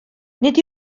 nid